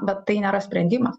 bet tai nėra sprendimas